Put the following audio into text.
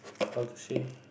how to say